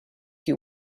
you